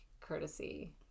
courtesy